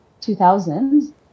2000s